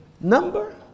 number